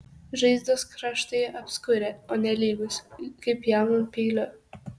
žaizdos kraštai apskurę o ne lygūs kaip pjaunant peiliu